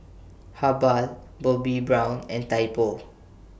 Habhal Bobbi Brown and Typo